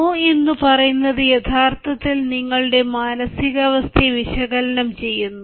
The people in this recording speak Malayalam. നോ എന്നു പറയുന്നത് യഥാർത്ഥത്തിൽ നിങ്ങളുടെ മാനസികാവസ്ഥയെ വിശകലനം ചെയ്യുന്നു